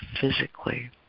physically